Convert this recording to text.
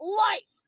life